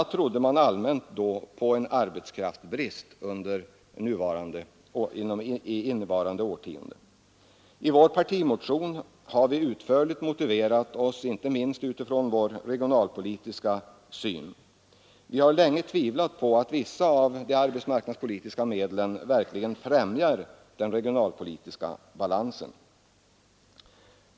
a. trodde man då allmänt på en arbetskraftsbrist under innevarande årtionde. I vår partimotion har vi utförligt motiverat vårt förslag, inte minst med utgångspunkt i vår regionalpolitiska syn. Vi har länge tvivlat på att vissa av de arbetsmarknadspolitiska medlen verkligen främjar den regionalpolitiska balansen.